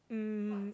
um